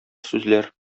сүзләр